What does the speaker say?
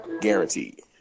Guaranteed